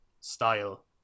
style